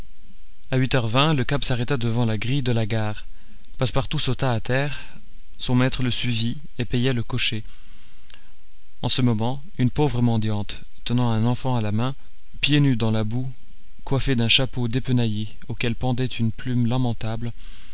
a huit heures vingt le cab s'arrêta devant la grille de la gare passepartout sauta à terre son maître le suivit et paya le cocher en ce moment une pauvre mendiante tenant un enfant à la main pieds nus dans la boue coiffée d'un chapeau dépenaillé auquel pendait une plume lamentable